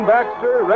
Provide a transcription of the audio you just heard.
Baxter